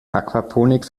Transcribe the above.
aquaponik